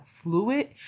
fluid